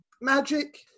magic